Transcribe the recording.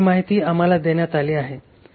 ही माहिती आम्हाला देण्यात आली आहे